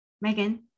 Megan